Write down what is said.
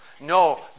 no